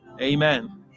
Amen